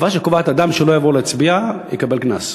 חובה שקובעת: אדם שלא יבוא להצביע, ייקנס.